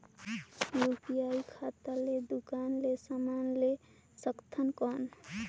UPI खाता ले दुकान ले समान ले सकथन कौन?